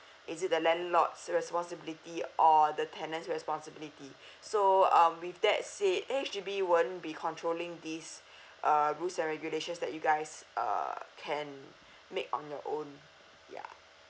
is it the landlord's responsibility or the tenants responsibility so um with that said H_D_B won't be controlling these uh rules and regulations that you guys uh can make on your own yeah